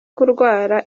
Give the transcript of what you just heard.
kurwara